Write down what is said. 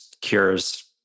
cures